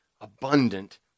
abundant